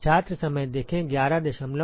क्यों